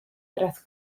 tras